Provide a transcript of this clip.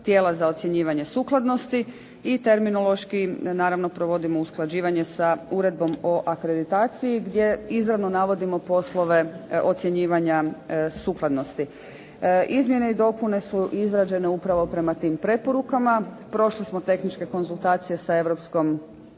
tijela za ocjenjivanje sukladnosti. I terminološki naravno provodimo usklađivanje sa Uredbom o akreditaciji, gdje izravno navodimo poslove ocjenjivanja sukladnosti. Izmjene i dopune su izrađene upravo prema tim preporukama. Prošli smo tehničke konzultacije sa Europskom